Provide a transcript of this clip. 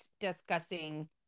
discussing